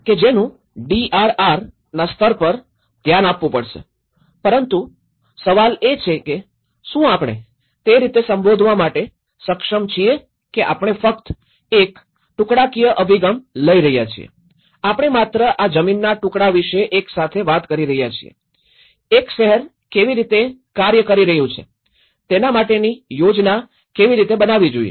કે જેનું ડીઆરઆરના સ્તર પર ધ્યાન આપવું પડશે પરંતુ સવાલ એ છે કે શું આપણે તે રીતે સંબોધવા માટે સક્ષમ છીએ કે આપણે ફક્ત એક ટુકડાકીય અભિગમ લઈ રહ્યા છીએ આપણે માત્ર આ જમીનના ટુકડા વિષે એક સાથે વાત કરી રહ્યા છીએ એક શહેર કેવી રીતે કાર્ય કરી રહ્યું છે તેના માટેની યોજના કેવી રીતે બનાવવી જોઈએ